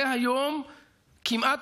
זה היום כמעט,